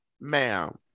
Ma'am